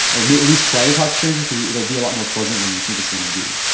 or at least try to talk to strangers because it'll be a lot more pleasant than you think it's going to be